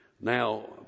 Now